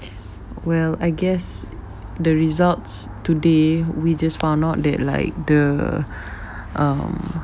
well I guess the results today we just found out that like the um